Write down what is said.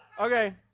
Okay